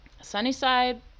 Sunnyside